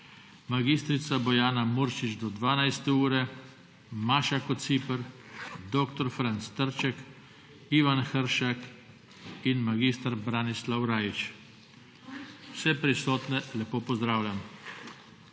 mag. Bojana Muršič do 12. ure, Maša Kociper, dr. Franc Trček, Ivan Hršak in mag. Branislav Rajić. Vse prisotne lepo pozdravljam!